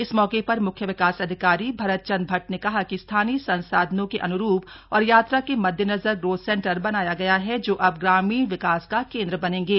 इस मौके पर मुख्य विकास अधिकारी भरत चंद्र भट्ट ने कहा कि स्थानीय संसाधनों के अन्रूप और यात्रा के मद्देनजर ग्रोथ सेंटर बनाया गया है जो अब ग्रामीण विकास का केंद्र बनेंगे